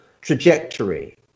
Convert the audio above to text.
trajectory